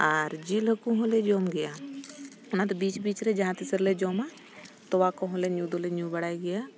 ᱟᱨ ᱡᱤᱞ ᱦᱟᱹᱠᱩ ᱦᱚᱸᱞᱮ ᱡᱚᱢ ᱜᱮᱭᱟ ᱚᱱᱟ ᱫᱚ ᱵᱤᱪ ᱵᱤᱪ ᱨᱮ ᱡᱟᱦᱟᱸ ᱛᱤᱥ ᱨᱮᱞᱮ ᱡᱚᱢᱟ ᱛᱚᱣᱟ ᱠᱚᱦᱚᱸ ᱞᱮ ᱧᱩ ᱫᱚᱞᱮ ᱧᱩ ᱵᱟᱲᱟᱭ ᱜᱮᱭᱟ